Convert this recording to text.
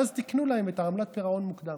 ואז תיקנו להם את עמלת הפירעון המוקדם.